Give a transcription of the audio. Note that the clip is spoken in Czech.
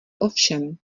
ovšem